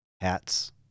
Hats